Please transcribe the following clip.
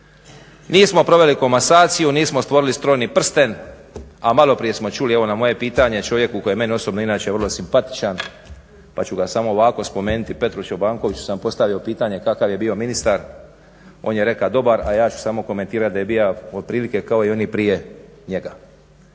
Nismo proveli komasaciju, nismo stvorili strojni prsten, a maloprije smo čuli, evo na moje pitanje čovjeku koji je meni osobno inače vrlo simpatičan, pa ću ga samo ovako spomenuti, Petru Čobankoviću sam postavio pitanje kakav je bio ministar, on je rekao dobar, a ja ću samo komentirati da je bia otprilike kao i oni prije njega.